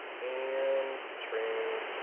and train,